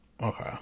Okay